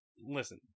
listen